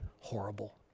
horrible